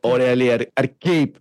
o realiai ar ar kaip